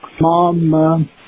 Mom